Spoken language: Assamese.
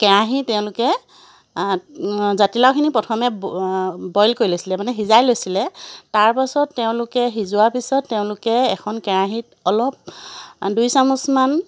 কেৰাহি তেওঁলোকে জাতিলাওখিনি প্ৰথমে বইল কৰি লৈছিলে মানে সিজাই লৈছিলে তাৰপাছত তেওঁলোকে সিজোৱা পিছত তেওঁলোকে এখন কেৰাহিত অলপ দুই চামুচমান